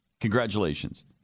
Congratulations